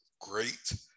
great